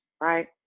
right